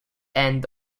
end